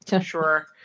Sure